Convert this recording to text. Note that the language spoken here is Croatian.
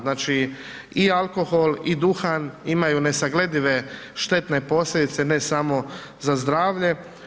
Znači i alkohol i duhan imaju nesagledive štetne posljedice, ne samo za zdravlje.